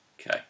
Okay